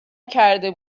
کرده